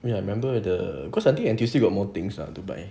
ya I remember the cause I think N_T_U_C got more things to buy